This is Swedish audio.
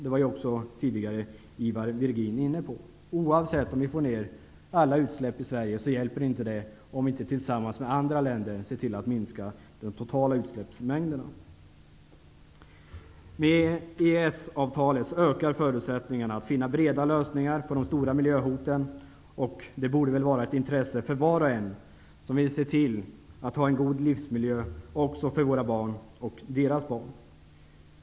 Detta var även Ivar Virgin inne på. Oavsett om vi minskar alla utsläpp i Sverige, hjälper det inte om vi inte tillsammans med andra länder ser till att minska de totala utsläppsmängderna. Med EES-avtalet ökar förutsättningarna att finna breda lösningar på de stora miljöhoten. Det borde väl vara ett intresse för var och en som vill se till att ha en god livsmiljö också för våra barn och deras barn.